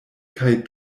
kaj